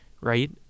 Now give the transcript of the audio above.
right